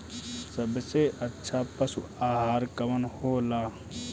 सबसे अच्छा पशु आहार कवन हो ला?